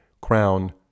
crown